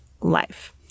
life